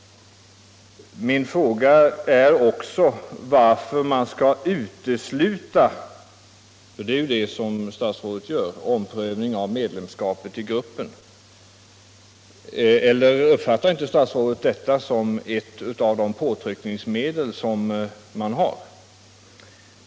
Jag undrar också varför man skall utesluta omprövning av medlemskapet i gruppen — det är nämligen det som statsrådet gör. Eller uppfattar inte statsrådet detta som ett av de påtryckningsmedel som vi har?